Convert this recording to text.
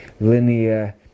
linear